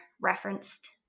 referenced